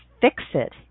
fix-it